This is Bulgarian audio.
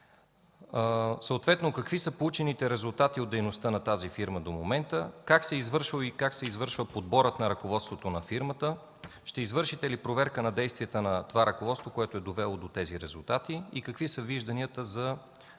ЕАД? Какви са получените резултати от дейността на фирмата до момента? Как се е извършвал и се извършва подборът на ръководството на фирмата? Ще извършите ли проверка на действията на това ръководство, довело до такива резултати? Какви са вижданията за